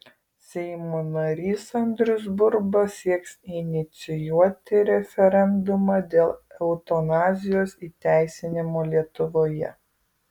seimo narys andrius burba sieks inicijuoti referendumą dėl eutanazijos įteisinimo lietuvoje